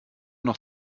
noch